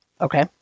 Okay